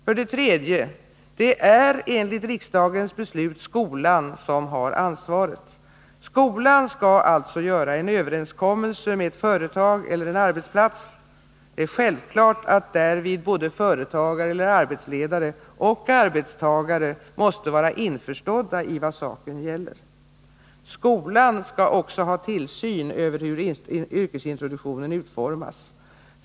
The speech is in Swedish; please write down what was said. För det tredje: Det är enligt riksdagens beslut skolan som har ansvaret. Skolan skall alltså göra en överenskommelse med ett företag eller en arbetsplats. Det är självklart att såväl företagare och arbetsledare som arbetstagare därvid måste vara införstådda med vad saken gäller. Skolan skall också ha tillsyn över hur yrkesintroduktionen utformas.